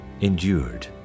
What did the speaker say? endured